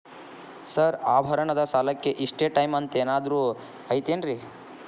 Sir ಆಭರಣದ ಸಾಲಕ್ಕೆ ಇಷ್ಟೇ ಟೈಮ್ ಅಂತೆನಾದ್ರಿ ಐತೇನ್ರೇ?